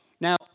Now